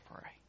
pray